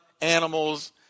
animals